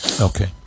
Okay